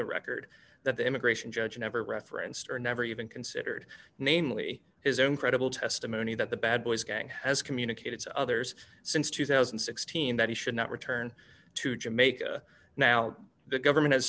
the record that the immigration judge never referenced or never even considered namely his own credible testimony that the bad boys gang has communicated to others since two thousand and sixteen that he should not return to jamaica now the government